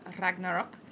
Ragnarok